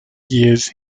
years